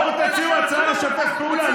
בואו תציעו הצעה לשתף פעולה.